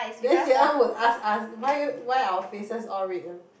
then will ask us why why our faces all red red one